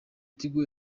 tigo